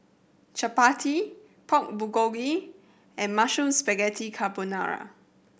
Chapati Pork Bulgogi and Mushroom Spaghetti Carbonara